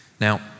Now